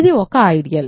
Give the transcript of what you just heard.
ఇది ఒక ఐడియల్